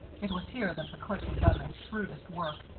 it was here that the clique had done their shrewdest work,